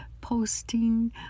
posting